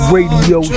Radio